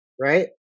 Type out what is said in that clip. right